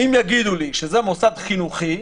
אם זה מוסד חינוכי,